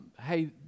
hey